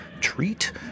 treat